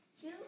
Two